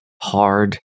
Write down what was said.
hard